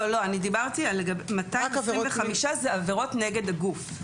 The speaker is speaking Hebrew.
לא, לא, 225 אלו עבירות נגד הגוף.